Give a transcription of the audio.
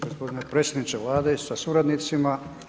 Gospodine predsjedniče Vlade sa suradnicima.